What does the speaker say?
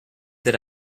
that